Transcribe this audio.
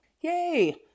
Yay